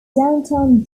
downtown